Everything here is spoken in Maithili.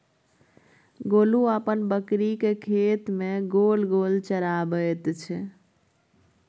गोलू अपन बकरीकेँ खेत मे गोल गोल चराबैत छै